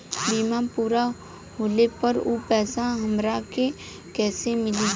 बीमा पूरा होले पर उ पैसा हमरा के कईसे मिली?